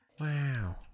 Wow